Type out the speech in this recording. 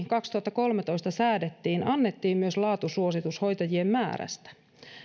kaksituhattakolmetoista säädettiin annettiin myös laatusuositus hoitajien määrästä